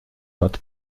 nad